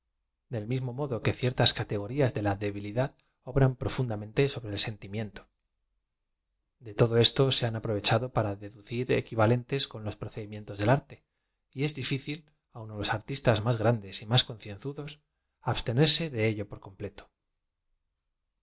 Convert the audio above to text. del miamo modo que ciertas categorías de la debi lidad obran profundamente sobre el sentimiento de todo esto se han aprovechado para deducir equiva lentes con los procedimientos de arte y ea dificil aun á loa artistas más grandes y más concienzudos abs tenerse de ello por completo